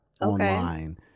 online